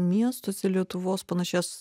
miestuose lietuvos panašias